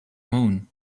moon